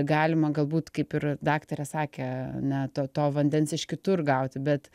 galima galbūt kaip ir daktarė sakė ne to to vandens iš kitur gauti bet